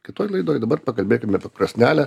kitoj laidoj dabar pakalbėkim apie krosnelę